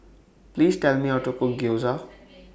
Please Tell Me How to Cook Gyoza